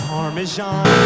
Parmesan